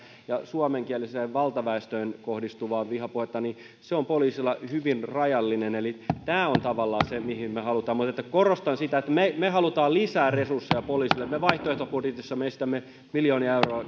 ja suomenkieliseen valtaväestöön kohdistuvaa vihapuhetta on poliisilla hyvin rajallinen eli tämä on tavallaan se mihin me haluamme mutta korostan sitä että me me haluamme lisää resursseja poliisille me vaihtoehtobudjetissamme esitämme kymmeniä miljoonia